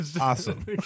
awesome